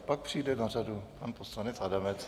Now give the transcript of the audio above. Pak přijde na řadu pan poslanec Adamec.